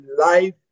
life